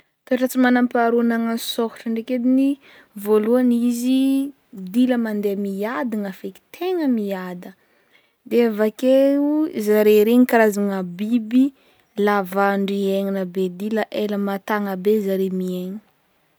Toetra tsy manampaharoa anagnan'ny sokatra ndraiky ediny, vôlohany izy dila mande miadagna feky, tegna miada, de avakeo zare regny karazagna biby lava andro hiaignana be dila ela mahatagna be zare miaigny.